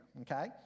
okay